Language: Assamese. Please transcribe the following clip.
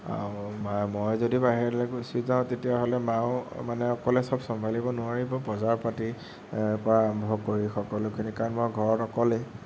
আৰু মা মই যদি বাহিৰলৈ গুছি যাওঁ তেতিয়াহ'লে মায়েও মানে অকলে চব চম্ভালিব নোৱাৰিব বজাৰ পাতি ৰ পৰা আৰম্ভ কৰি সকলোখিনি কাৰণ মই ঘৰত অকলেই